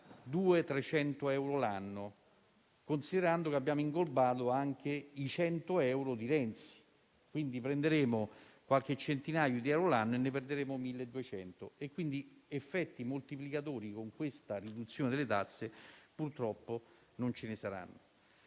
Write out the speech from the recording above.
200-300 euro l'anno, considerando che abbiamo inglobato anche i 100 euro di Renzi. Prenderemo quindi qualche centinaio di euro l'anno e ne perderemo 1.200. Effetti moltiplicatori con questa riduzione delle tasse purtroppo non ce ne saranno.